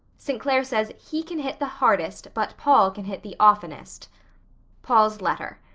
st. clair says he can hit the hardest but paul can hit the oftenest paul's letter.